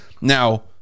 Now